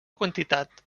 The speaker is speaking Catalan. quantitat